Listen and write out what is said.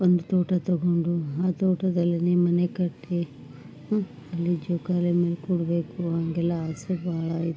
ಒಂದು ತೋಟ ತಗೊಂಡು ಆ ತೋಟದಲ್ಲಿಯೆ ಮನೆಕಟ್ಟಿ ಆಮೇಲೆ ಜೋಕಾಲಿ ಮೇಲೆ ಕೂರಬೇಕು ಹಾಗೆಲ್ಲ ಆಸೆ ಭಾಳ ಐತೆ